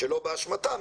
שלא באשמתם,